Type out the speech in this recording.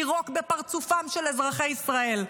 לירוק בפרצופם של אזרחי ישראל.